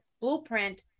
blueprint